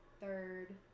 third